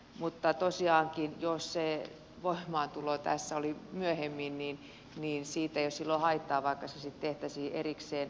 mutta tosiaankin jos se voimaantulo tässä oli myöhemmin siitä ei ole silloin haittaa vaikka se sitten tehtäisiin erikseen